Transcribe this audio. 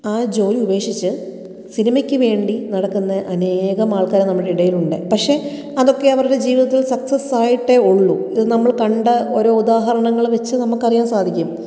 ആ ജോലി ഉപേക്ഷിച്ച് സിനിമക്ക് വേണ്ടി നടക്കുന്ന അനേകം ആൾക്കാർ നമ്മുടെ ഇടയിലുണ്ട് പക്ഷേ അതൊക്കെ അവരുടെ ജീവിതത്തിൽ സക്സസ് ആയിട്ടേ ഉള്ളൂ ഇത് നമ്മൾ കണ്ട ഓരോ ഉദാഹരങ്ങൾ വെച്ച് നമുക്കറിയാൻ സാധിക്കും